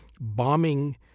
bombing